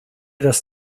das